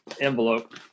envelope